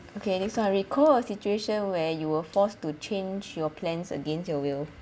okay next one recall a situation where you were forced to change your plans against your will